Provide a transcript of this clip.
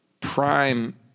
Prime